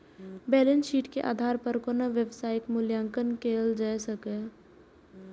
balance sheet के आधार पर कोनो व्यवसायक मूल्यांकन कैल जा सकैए